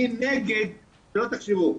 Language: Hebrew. אני נגד, שלא תחשבו,